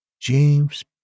James